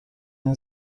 این